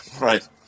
right